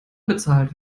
bezahlt